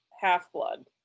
Half-Blood